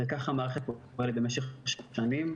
וככה המערכת פועלת במשך שנים,